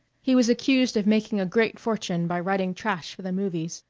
he was accused of making a great fortune by writing trash for the movies.